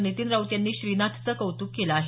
नितीन राऊत यांनी श्रीनाथचं कौतुक केलं आहे